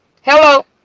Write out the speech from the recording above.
hello